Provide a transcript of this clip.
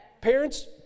Parents